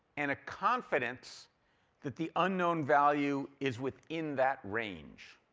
and a confidence that the unknown value is within that range.